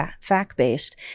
fact-based